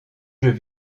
jeux